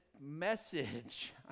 message